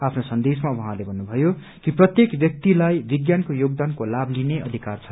आफ्नो सन्देशमा उहाँले भन्नुभयो कि प्रत्येक व्यक्तिलाई विज्ञानको योगदानको लाभ लिने अधिकार छ